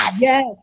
Yes